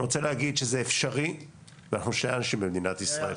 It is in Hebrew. אני רוצה להגיד שזה אפשרי ואנחנו שני אנשים במדינת ישראל.